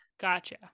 Gotcha